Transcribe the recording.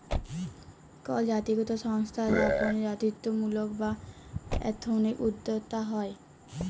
call জাতিগত সংস্থা স্থাপনে জাতিত্বমূলক বা এথনিক উদ্যক্তা হ্যয়